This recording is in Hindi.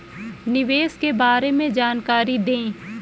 निवेश के बारे में जानकारी दें?